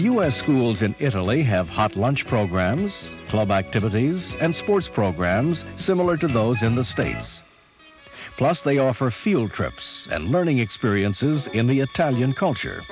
s schools in italy have hot lunch programs club activities and sports programs similar to those in the states plus they offer field trips learning experiences in the italian culture